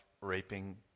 raping